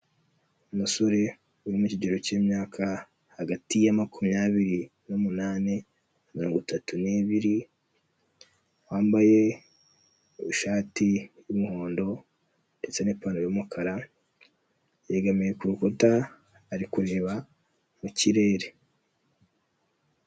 Umusore uri mu kigero cy'imyaka hagati ya makumyabiri n'umunani na mirongo itatu n'ibiri, wambaye ishati y'umuhondo ndetse n'ipantaro y'umukara, yegamiye ku rukuta ari kureba mu kirere.